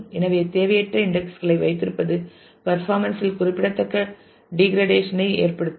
எனவே தேவையற்ற இன்டெக்ஸ்களை வைத்திருப்பது பர்ஃபாமென்ஸ் இல் குறிப்பிடத்தக்க டிக்ரடேஷன் ஐ ஏற்படுத்தும்